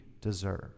deserve